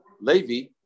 Levi